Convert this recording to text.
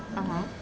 (uh huh)